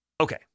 Okay